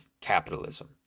capitalism